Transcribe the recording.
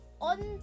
on